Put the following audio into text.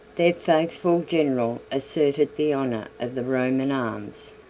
their faithful general asserted the honor of the roman arms,